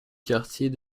quartier